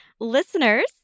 Listeners